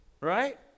Right